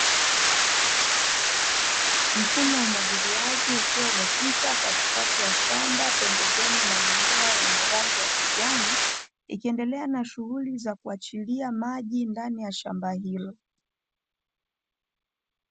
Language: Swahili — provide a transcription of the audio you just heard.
Mfumo wa umwagiliaji ukiwa umepita katikati ya shamba pembezoni mwa mimea yenye rangi ya kijani. Ikiendelea na shughuli ya kuachilia maji ndani ya shamba hilo.